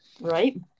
right